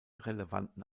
relevanten